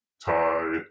Thai